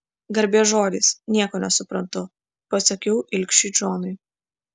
garbės žodis nieko nesuprantu pasakiau ilgšiui džonui